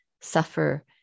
suffer